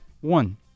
one